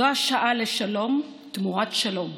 זו השעה לשלום תמורת שלום.